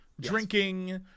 drinking